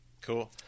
Cool